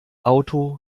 auto